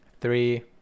three